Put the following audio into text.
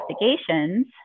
investigations